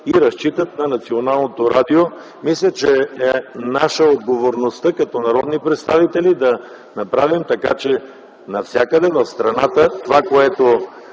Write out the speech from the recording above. и разчитат на националното радио. Мисля, че е наша отговорността като народни представители да направим така, че навсякъде в страната това, което